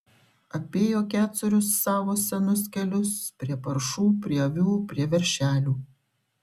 apėjo kecorius savo senus kelius prie paršų prie avių prie veršelių